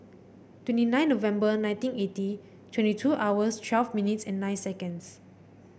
twenty nine November nineteen eighty twenty two hours twelve minutes and nine seconds